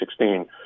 2016